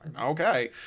okay